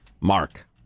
Mark